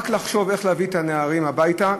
רק לחשוב על איך להביא את הנערים הביתה,